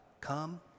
come